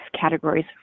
categories